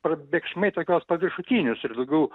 prabėgšmai tokios paviršutinius ir daugiau